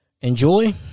enjoy